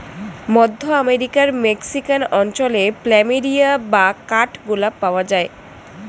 মধ্য আমেরিকার মেক্সিকান অঞ্চলে প্ল্যামেরিয়া বা কাঠ গোলাপ পাওয়া যায়